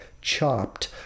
chopped